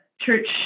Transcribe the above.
church